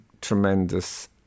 tremendous